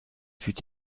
fut